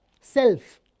Self